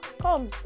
Come